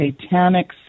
satanic